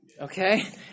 Okay